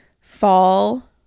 fall